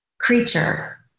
creature